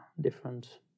different